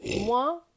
Moi